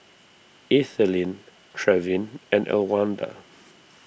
Ethelene Trevin and Elwanda